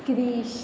Krrish